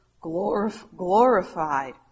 glorified